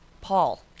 Paul